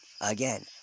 Again